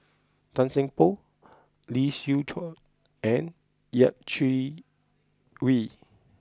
Tan Seng Poh Lee Siew Choh and Yeh Chi Wei